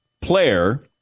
player